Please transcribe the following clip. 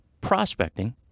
prospecting